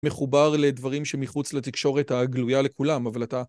‫מחובר לדברים שמחוץ לתקשורת ‫הגלויה לכולם, אבל אתה...